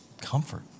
comfort